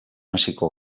hasiko